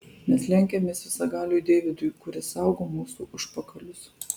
mes lenkiamės visagaliui deividui kuris saugo mūsų užpakalius